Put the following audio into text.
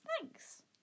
thanks